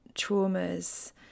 traumas